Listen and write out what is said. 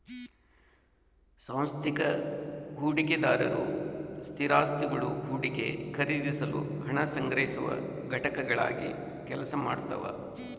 ಸಾಂಸ್ಥಿಕ ಹೂಡಿಕೆದಾರರು ಸ್ಥಿರಾಸ್ತಿಗುಳು ಹೂಡಿಕೆ ಖರೀದಿಸಲು ಹಣ ಸಂಗ್ರಹಿಸುವ ಘಟಕಗಳಾಗಿ ಕೆಲಸ ಮಾಡ್ತವ